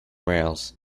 rails